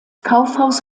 kaufhaus